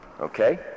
okay